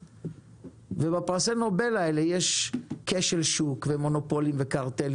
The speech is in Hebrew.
ובפרסי נובל האלה יש כשל שוק ומונופולים וקרטלים